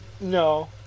No